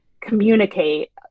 communicate